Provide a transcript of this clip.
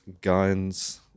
guns